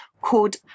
called